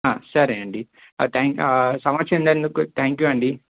సరే అండీ సమస్య విన్నందుకు థ్యాంక్ యూ అండి